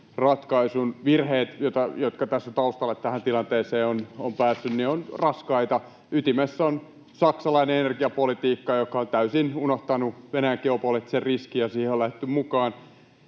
ratkaisun. Virheet, joita tässä on taustalla, että tähän tilanteeseen on päädytty, ovat raskaita. Ytimessä on saksalainen energiapolitiikka, joka on täysin unohtanut Venäjän geopoliittisen riskin, ja siihen on lähdetty mukaan.